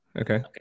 Okay